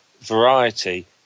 variety